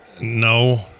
No